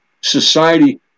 society